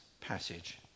passage